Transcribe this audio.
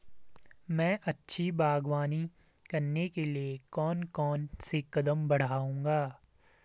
मैं अच्छी बागवानी करने के लिए कौन कौन से कदम बढ़ाऊंगा?